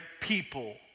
people